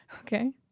Okay